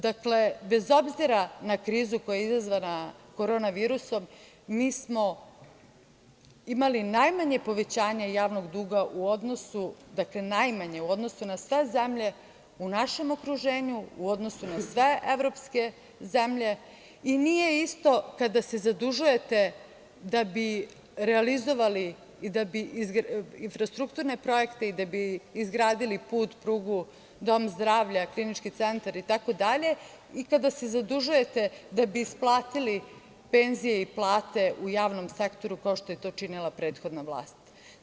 Dakle, bez obzira na krizu koja je izazvana korona virusom, mi smo imali najmanje povećanje javnog duga u odnosu na sve zemlje u našem okruženju, u odnosu na sve evropske zemlje i nije isto kada se zadužujete da bi realizovali infrastrukturne projekte i da bi izgradili put, prugu, dom zdravlja, klinički centar itd. i kada se zadužujete da bi isplatili penzije i plate u javom sektoru, kao što je to činila prethodna vlast.